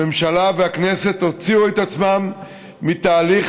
הממשלה והכנסת הוציאו את עצמן מהתהליך